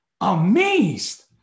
amazed